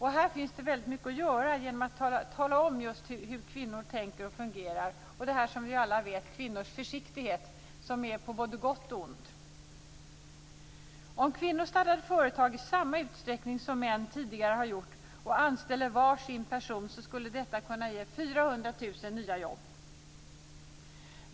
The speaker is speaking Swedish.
Här finns det väldigt mycket att göra genom att tala om just hur kvinnor tänker och fungerar. Vi känner ju alla till kvinnors försiktighet, som är på både gott och ont. Om kvinnor startade företag i samma utsträckning som män tidigare har gjort och anställde var sin person skulle detta kunna ge ca 400 000 nya jobb.